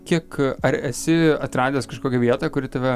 kiek ar esi atradęs kažkokią vietą kuri tave